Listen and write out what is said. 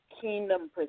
kingdom